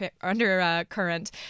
undercurrent